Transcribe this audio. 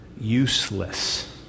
useless